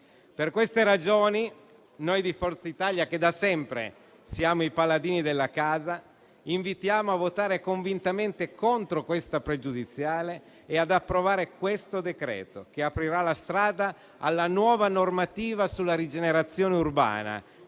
Per queste ragioni, noi di Forza Italia, che da sempre siamo i paladini della casa, invitiamo a votare convintamente contro questa pregiudiziale e ad approvare questo provvedimento, che aprirà la strada alla nuova normativa sulla rigenerazione urbana,